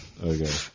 Okay